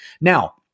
Now